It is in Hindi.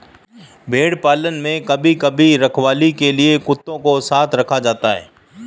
भेड़ पालन में कभी कभी रखवाली के लिए कुत्तों को साथ रखा जाता है